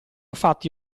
fatti